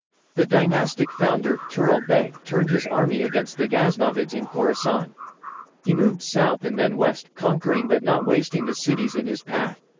the dynastic founder, tughril beg, turned his army against the ghaznavids in khorasan. he moved south and then west, conquering but not wasting the cities in his path.